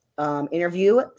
interview